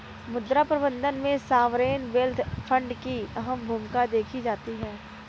मुद्रा प्रबन्धन में सॉवरेन वेल्थ फंड की अहम भूमिका देखी जाती है